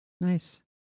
Nice